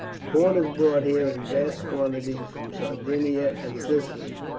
corn is brought here in vast quantities from sardinia and sicily,